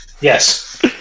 Yes